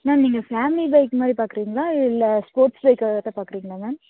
ma'am நீங்கள் family bike மாதிரி பார்க்குறிங்களா இல்லை ஸ்போர்ட்ஸ் பைக்காட்டம் பார்க்குறிங்களா மேம்